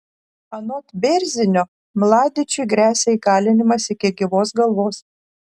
anot bėrzinio mladičiui gresia įkalinimas iki gyvos galvos